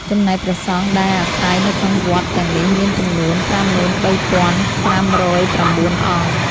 ចំណែកព្រះសង្ឃដែលអាស្រ័យនៅក្នុងវត្តទាំងនេះមាន ចំនួន ៥៣៥០៩ អង្គ ។